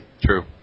True